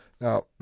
Now